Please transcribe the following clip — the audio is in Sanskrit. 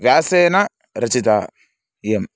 व्यासेन रचितम् इदं